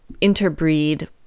interbreed